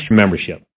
membership